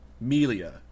Melia